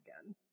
again